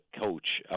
coach